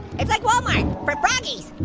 it's like walmart for froggies.